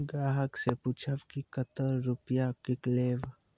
ग्राहक से पूछब की कतो रुपिया किकलेब?